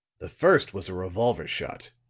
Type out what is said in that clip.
the first was a revolver shot